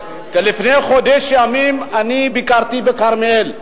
שיגיעו לנגב ולגליל,